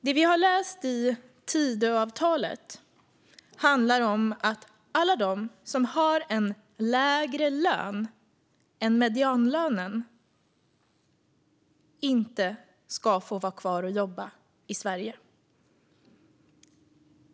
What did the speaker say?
Det vi har läst i Tidöavtalet handlar om att alla de som har en lägre lön än medianlönen inte ska få vara kvar och jobba i Sverige.